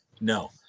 No